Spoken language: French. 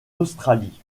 australie